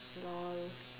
lol